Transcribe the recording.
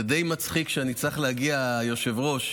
זה די מצחיק שאני צריך להגיע, היושב-ראש,